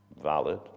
valid